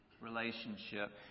relationship